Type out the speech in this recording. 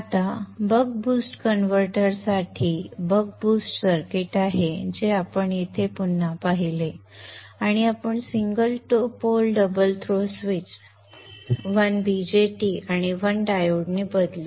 आता buck boost converter साठी हे बक बूस्ट सर्किट आहे जे आपण येथे पुन्हा पाहिले आपण single pole double throw switch 1 BJT आणि 1 डायोडने बदलू